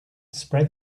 spread